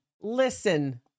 listen